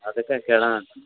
ಅದಕ್ಕೆ ಕೇಳೋಣಾಂತ